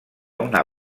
una